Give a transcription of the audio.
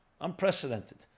unprecedented